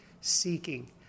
seeking